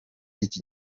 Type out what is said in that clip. iki